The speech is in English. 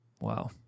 Wow